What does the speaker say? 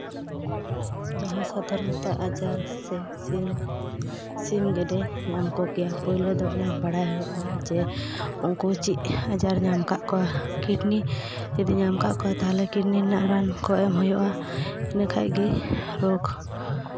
ᱡᱟᱦᱟᱸ ᱥᱟᱫᱷᱟᱨᱚᱱᱚᱛᱚ ᱟᱡᱟᱨ ᱥᱮ ᱥᱤᱢ ᱜᱮᱰᱮ ᱧᱟᱢ ᱠᱚ ᱜᱮᱭᱟ ᱯᱳᱭᱞᱳ ᱫᱚ ᱚᱱᱟ ᱵᱟᱲᱟᱭ ᱦᱩᱭᱩᱜᱼᱟ ᱡᱮ ᱩᱱᱠᱩ ᱪᱮᱫ ᱟᱡᱟᱨ ᱧᱟᱢ ᱟᱠᱟᱫ ᱠᱚᱣᱟ ᱠᱤᱰᱱᱤ ᱡᱩᱫᱤ ᱧᱟᱢ ᱟᱠᱟᱫ ᱠᱚᱣᱟ ᱛᱟᱦᱞᱮ ᱠᱤᱰᱱᱤ ᱨᱮᱱᱟᱜ ᱨᱟᱱ ᱠᱚ ᱮᱢ ᱦᱩᱭᱩᱜᱼᱟ ᱤᱱᱟᱹ ᱠᱷᱟᱱ ᱜᱮ ᱨᱳᱜᱽ